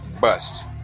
bust